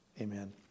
Amen